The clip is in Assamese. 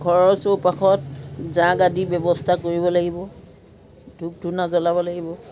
ঘৰৰ চৌপাশত জাগ আদিৰ ব্যৱস্থা কৰিব লাগিব ধূপ ধূনা জ্বলাব লাগিব